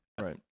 Right